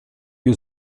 più